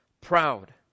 proud